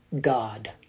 God